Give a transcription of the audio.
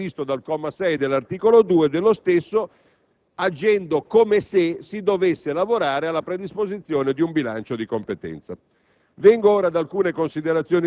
integri l'allegato previsto dal comma 6 dell'articolo 2 dello stesso agendo come se si dovesse lavorare alla predisposizione di un bilancio di competenza.